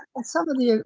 and suddenly, ah